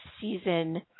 season